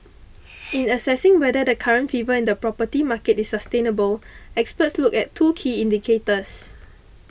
in assessing whether the current fever in the property market is sustainable experts look at two key indicators